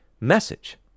message